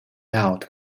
out